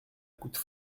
coûte